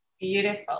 beautiful